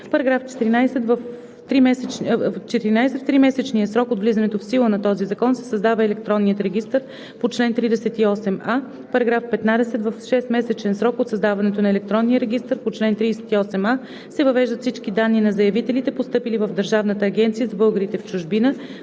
– 16: „§ 14. В тримесечен срок от влизането в сила на този закон се създава електронният регистър по чл. 38а. § 15. В 6-месечен срок от създаването на електронния регистър по чл. 38а се въвеждат всички данни на заявителите, постъпили в Държавната агенция за българите в чужбина